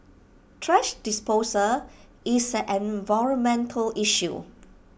thrash disposal is an environmental issue